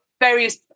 various